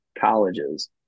colleges